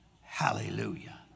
Hallelujah